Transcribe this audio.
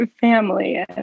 family